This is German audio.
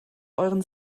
euren